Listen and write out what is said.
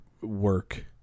work